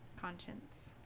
Conscience